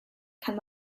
kann